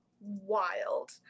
wild